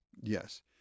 Yes